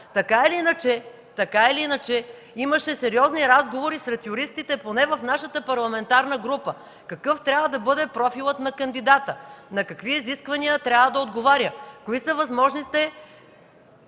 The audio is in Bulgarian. срок. Имаше сериозни разговори сред юристите, поне в нашата парламентарна група – какъв трябва да бъде профилът на кандидата, на какви изисквания трябва да отговаря,